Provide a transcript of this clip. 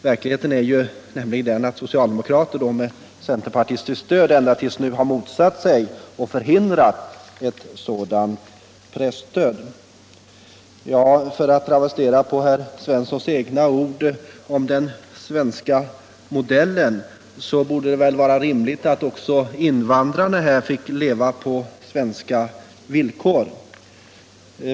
Verkligheten är nämligen den att socialdemokraterna med centerpartistisk medverkan ända till nu motsatt sig och förhindrat ett sådant | presstöd. 45 För att travestera herr Svenssons egna ord om den svenska modellen borde det väl vara rimligt att också invandrarna fick leva på svenska villkor.